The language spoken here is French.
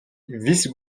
vice